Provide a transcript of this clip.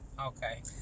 okay